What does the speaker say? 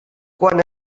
quan